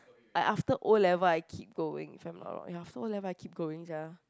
I after O-level I keep going if I'm not wrong ya after O-level I keep going sia